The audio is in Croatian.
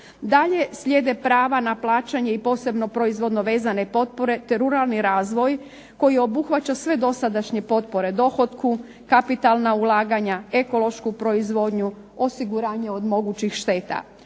Dalje, slijede prava na plaćanje i posebno proizvodno vezane potpore te ruralni razvoj koji obuhvaća sve dosadašnje potpore dohotku, kapitalna ulaganja, ekološku proizvodnju, osiguranje od mogućih šteta.